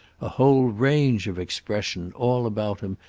a whole range of expression, all about him,